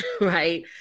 right